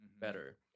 better